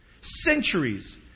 Centuries